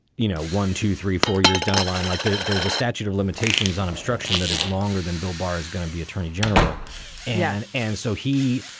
you know, one, two, three four years down the line, like there's a statute of limitations on obstruction that is longer than bill bar is going to be attorney general and. and so he